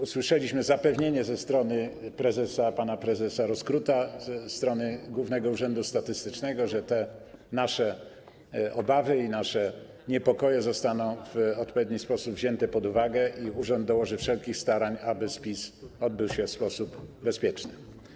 Usłyszeliśmy zapewnienie ze strony pana prezesa Rozkruta, ze strony Głównego Urzędu Statystycznego, że te nasze obawy i nasze niepokoje zostaną w odpowiedni sposób wzięte pod uwagę i urząd dołoży wszelkich starań, aby spis odbył się w sposób bezpieczny.